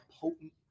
potent –